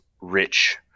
rich